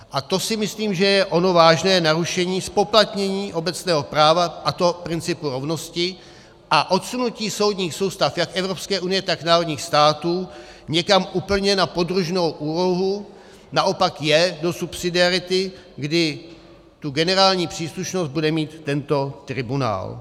A to si myslím, že je ono vážné narušení zpoplatnění obecného práva, a to v principu rovnosti, a odsunutí soudních soustav jak Evropské unie, tak národních států někam úplně na podružnou úlohu naopak je do subsidiarity, kdy tu generální příslušnost bude mít tento tribunál.